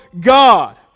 God